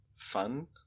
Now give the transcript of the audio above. fun